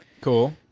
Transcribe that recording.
cool